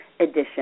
edition